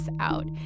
out